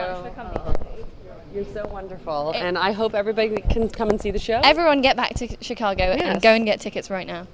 know you're so wonderful and i hope everybody can come and see the show everyone get back to chicago and go and get tickets right now